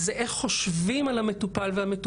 אלא גם איך חושבים על המטופל והמטופלת,